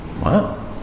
Wow